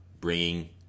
bringing